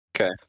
Okay